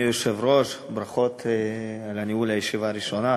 אדוני היושב-ראש, ברכות על ניהול הישיבה הראשונה.